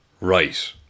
Right